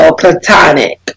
platonic